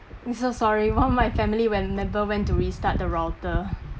I'm so sorry one of my family member went to restart the router